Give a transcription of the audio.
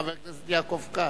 חבר הכנסת יעקב כץ.